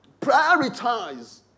prioritize